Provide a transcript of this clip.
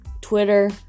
Twitter